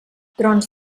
trons